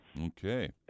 Okay